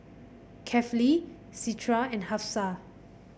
Kefli Citra and Hafsa